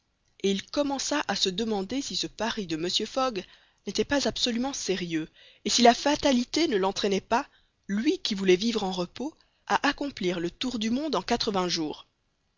et il commença à se demander si ce pari de mr fogg n'était pas absolument sérieux et si la fatalité ne l'entraînait pas lui qui voulait vivre en repos à accomplir le tour du monde en quatre-vingts jours